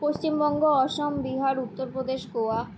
Paschimbanga Assam Bihar Uttar Pradesh Goa